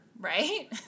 right